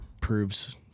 proves